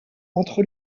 entre